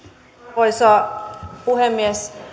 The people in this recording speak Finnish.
arvoisa puhemies